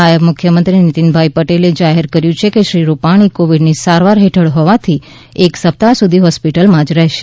નાયબ મુખ્યમંત્રી નિતિનભાઈ પટેલે જાહેર કર્યું છે કે શ્રી રૂપાણી કોવિડની સારવાર હેઠળ હોવાથી એક સપ્તાહ સુધી હોસ્પિટલમાં જ રહેશે